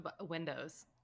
windows